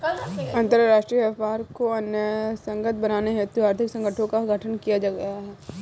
अंतरराष्ट्रीय व्यापार को न्यायसंगत बनाने हेतु आर्थिक संगठनों का गठन किया गया है